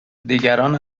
دیگران